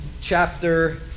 chapter